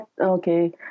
okay